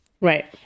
Right